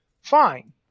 fine